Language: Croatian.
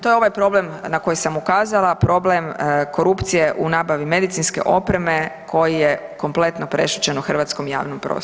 To je ovaj problem na koji sam ukazala, problem korupcije u nabavi medicinske opreme koji je kompletno prešućen u hrvatskom javnom prostoru.